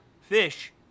fish